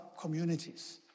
communities